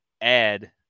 add